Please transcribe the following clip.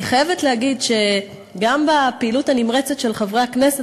אני חייבת להגיד שגם בפעילות הנמרצת של חברי הכנסת,